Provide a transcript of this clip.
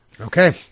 Okay